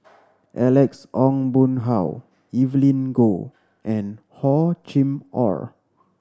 Alex Ong Boon Hau Evelyn Goh and Hor Chim Or